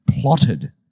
plotted